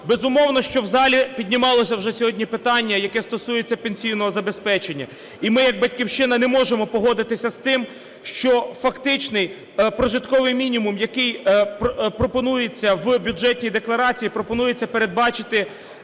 Безумовно, що в залі піднімалося вже сьогодні питання, яке стосується пенсійного забезпечення. І ми як "Батьківщина" не можемо погодитись з тим, що фактичний прожитковий мінімум, який пропонується в Бюджетній декларації, пропонується передбачити